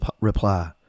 reply